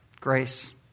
grace